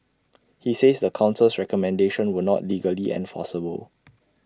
he says the Council's recommendations were not legally enforceable